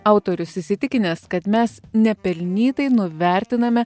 autorius įsitikinęs kad mes nepelnytai nuvertiname